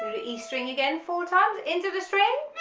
e string again four times, into the string